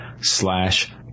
slash